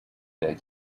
that